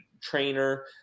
trainer